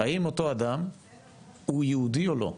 האם אותו אדם הוא יהודי או לא?